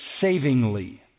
savingly